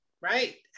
Right